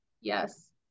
yes